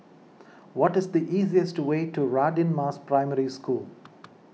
what is the easiest way to Radin Mas Primary School